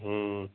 हूं